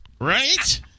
Right